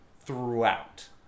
throughout